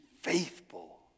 faithful